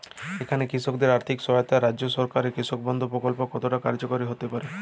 এখানে কৃষকদের আর্থিক সহায়তায় রাজ্য সরকারের কৃষক বন্ধু প্রক্ল্প কতটা কার্যকরী হতে পারে?